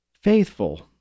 faithful